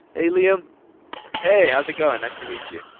alia hey how's it going. nice to meet you